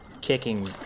kicking